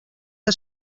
que